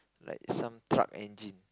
like some truck engine